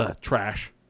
trash